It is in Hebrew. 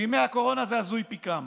בימי הקורונה זה הזוי פי כמה.